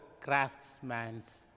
craftsman's